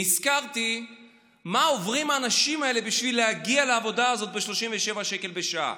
נזכרתי מה עוברים האנשים האלה בשביל להגיע לעבודה הזאת ב-37 שקל בשעה.